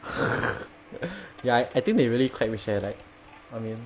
ya I think they really quite rich eh like I mean